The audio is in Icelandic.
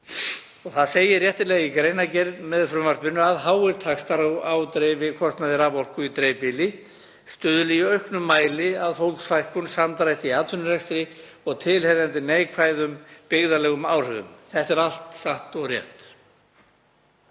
Það segir réttilega í greinargerð með frumvarpinu að háir taxtar á dreifikostnaði raforku í dreifbýli stuðli í auknum mæli að fólksfækkun, samdrætti í atvinnurekstri og tilheyrandi neikvæðum byggðalegum áhrifum. Þetta er allt satt og rétt.